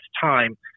time